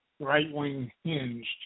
right-wing-hinged